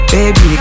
Baby